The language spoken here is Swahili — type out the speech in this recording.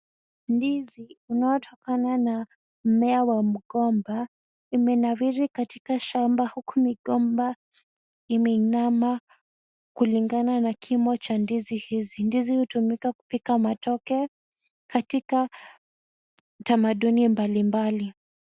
Ndizi unaotokana na mmea wa mgomba, imenawiri katika shamba huku migomba imeinama kulingana na kimo cha ndizi hizi. Ndizi hutumika kupika matoke katika tamaduni mbalimbali.